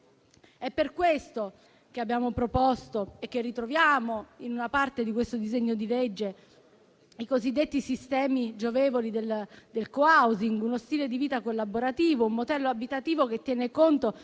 È per questo che abbiamo proposto e ritroviamo in una parte di questo disegno di legge i cosiddetti sistemi giovevoli del *co-housing*, uno stile di vita collaborativo, un modello abitativo che tiene conto